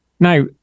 Now